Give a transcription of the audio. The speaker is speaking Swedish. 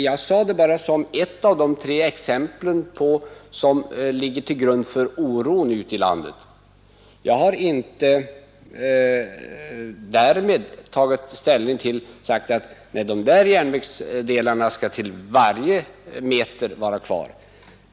Jag sade det bara som ett av de tre exempel som ligger till grund för oron ute i landet. Därmed har jag inte tagit ställning och sagt att de bandelarna till varje meter skall vara kvar.